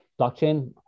blockchain